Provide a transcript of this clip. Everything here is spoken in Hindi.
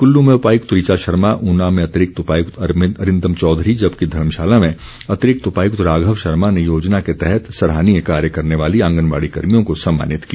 क़ल्लू में उपायुक्त ऋचा वर्मा ऊना में अतिरिक्त उपायुक्त अरिंदम चौधरी जबकि धर्मशाला में अतिरिक्त उपायुक्त राघव शर्मा ने योजना के तहत सराहनीय कार्य करने वाली आंगनबाड़ी कर्भियों को सम्मानित किया